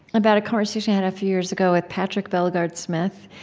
about a conversation i had a few years ago with patrick bellegarde-smith,